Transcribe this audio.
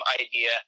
idea